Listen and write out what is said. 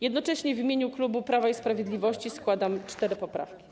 Jednocześnie w imieniu klubu Prawa i Sprawiedliwości składam cztery poprawki.